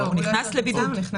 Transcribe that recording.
הוא נכנס לבידוד.